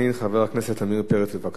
חבר הכנסת עמיר פרץ, בבקשה.